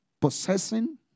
possessing